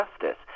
justice